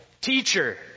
Teacher